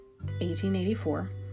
1884